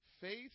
Faith